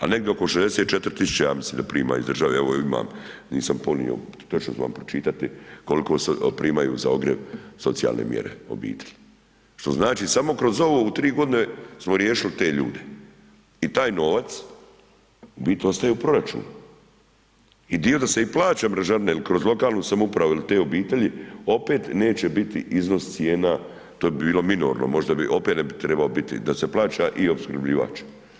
A negdje oko 64 000 ja mislim da prima iz države, evo imam, nisam ponio, točno ću vam pročitati koliko primaju za ogrjev socijalne mjere, obitelji, što znači samo kroz ovo u 3 g. smo riješili te ljude i taj novac u biti ostaje u proračunu i dio da se i plaća mrežarine jer kroz lokalnu samoupravu jer te obitelji opet neće biti iznos cijena, to bi bilo minorno, možda bi opet ne bi trebalo biti da se plaća i opskrbljivač.